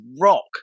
rock